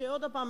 עוד פעם,